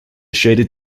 shaded